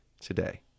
today